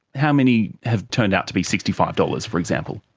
how many have turned out to be sixty five dollars for example?